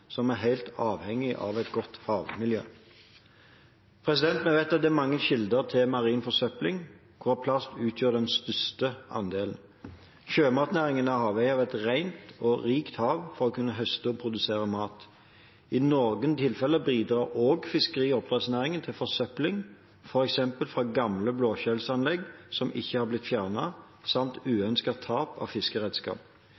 som er helt avhengig av et godt havmiljø. Vi vet at det er mange kilder til marin forsøpling, hvorav plast utgjør den største andelen. Sjømatnæringen er avhengig av et rent og rikt hav for å kunne høste og produsere mat. I noen tilfeller bidrar også fiskeri- og oppdrettsnæringen til forsøpling, f.eks. fra gamle blåskjellanlegg som ikke har blitt fjernet, samt